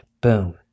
boom